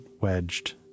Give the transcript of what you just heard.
wedged